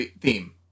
theme